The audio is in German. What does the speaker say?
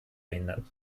behindert